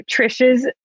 Trish's